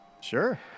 Sure